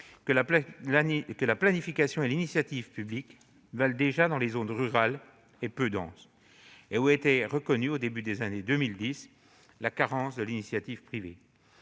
que la planification et l'initiative publique valent déjà dans les zones rurales et peu denses, où a été reconnue, au début des années 2010, la carence de l'initiative privée.